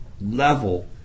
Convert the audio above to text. level